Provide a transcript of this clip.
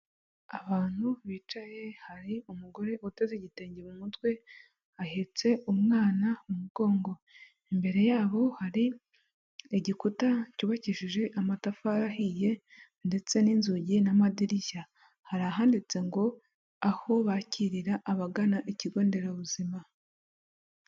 Abantu bicaye hari umugore uteze igitenge mu mutwe ahetse umwana mu mugongo, imbere yabo hari igikuta cyubakishije amatafari ahiye ndetse n'inzugi n'amadirishya, hari ahanditse ngo "aho bakirira abagana ikigo nderabuzima."